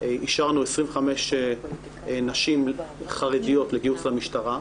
אישרנו 25 נשים חרדיות לגיוס למשטרה.